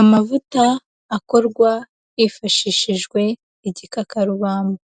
Amavuta akorwa hifashishijwe igikakarubamba.